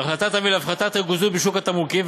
ההחלטה תביא להפחתת הריכוזיות בשוק התמרוקים,